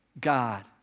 God